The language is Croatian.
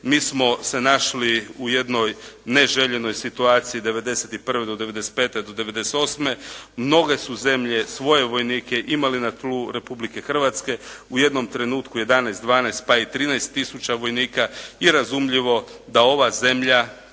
Mi smo se našli u jednoj neželjenoj situaciji '91. do '95. do '98., mnoge su zemlje svoje vojnike imali na tlu Republike Hrvatske, u jednom trenutku 11, 12 pa i 13 tisuća vojnika i razumljivo da ova zemlja